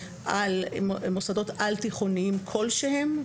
על מוסדות על תיכוניים כלשהם,